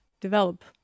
develop